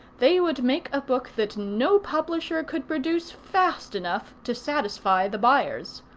they would make a book that no publisher could produce fast enough to satisfy the buyers.